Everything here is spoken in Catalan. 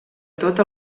tot